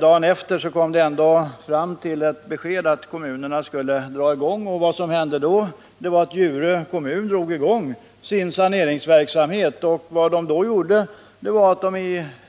Dagen efter kom man ändå fram till det beskedet att kommunerna skulle dra i gång saneringen, och vad som hände då var att Djurö kommun satte i gång sin saneringsverksamhet och